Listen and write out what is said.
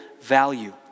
value